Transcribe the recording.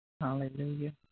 Hallelujah